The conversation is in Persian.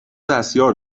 دستیار